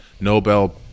Nobel